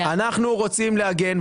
אנחנו רוצים להגן,